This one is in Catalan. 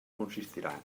consistirà